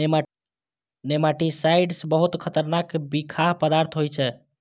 nematicides बहुत खतरनाक बिखाह पदार्थ होइ छै